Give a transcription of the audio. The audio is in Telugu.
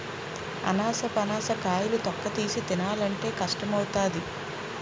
అనాసపనస కాయలు తొక్కతీసి తినాలంటే కష్టంగావుంటాది